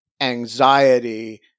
anxiety